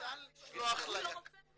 ----- ניתן ליק"ר לשלוח בכל אחת מן